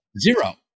Zero